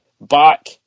back